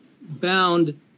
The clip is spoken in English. bound